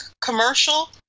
commercial